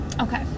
okay